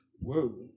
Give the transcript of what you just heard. Whoa